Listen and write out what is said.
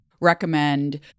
Recommend